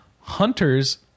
Hunters